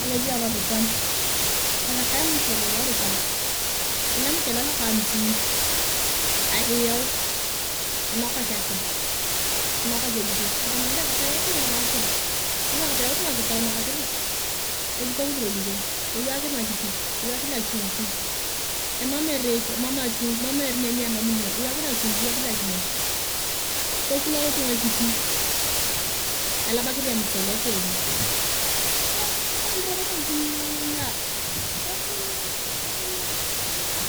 Alosi ayong lodukau, atasaka amuchele lodukan, atogiel emuchele loka amisin, enokak akim, enokak ejikon, atama ngide kapesi yautu akim, ama kapesi yautu nyakito enokasisi, atosipokisi lojikon ewakisi achumwi ewakisi akimiet, tokulout, tokulout ngakipo elabakisi emuchele toomi. tokon robo tokuula tokuula tokuula